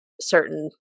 certain